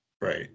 Right